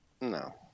No